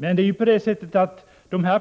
Men de